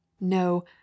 no